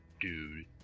dude